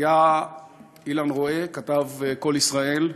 היה אילן רועה, כתב קול ישראל,